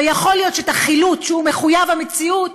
ויכול להיות שאת החילוט, שהוא מחויב המציאות,